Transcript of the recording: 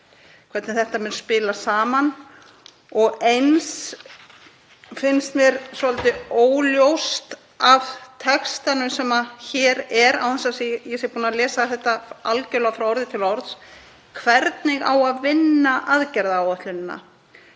hvernig þetta mun spila saman. Eins finnst mér svolítið óljóst af textanum sem hér er, án þess að ég sé búin að lesa hann algjörlega frá orði til orðs, hvernig eigi að vinna aðgerðaáætlunina.